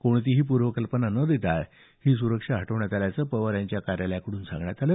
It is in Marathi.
कोणतीही पूर्वकल्पना न देता ही सुरक्षा हटवण्यात आल्याचं पवार यांच्या कार्यलयातून सांगण्यात आलं